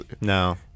No